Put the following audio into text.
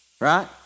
Right